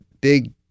big